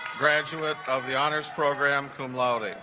graduate of the honors program cum laude